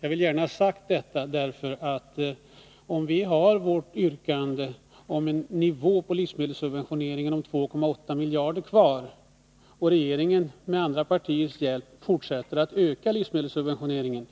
Jag vill gärna säga detta, eftersom det, om vi vidhåller vårt yrkande om en nivå på livsmedelssubventioneringen om 2,8 miljarder och regeringen med andra partiers hjälp fortsätter att öka livsmedelssubventioneringen,